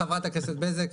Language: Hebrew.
חברת הכנסת בזק,